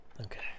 Okay